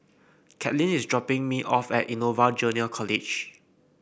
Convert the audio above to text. Caitlyn is dropping me off at Innova Junior College